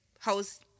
host